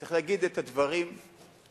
צריך להגיד את הדברים האמיתיים.